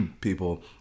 People